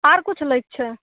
आर किछु लैके छै